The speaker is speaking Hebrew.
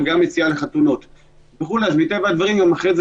גם לא לשגע אתכם מוועדה לוועדה וגם לא